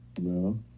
No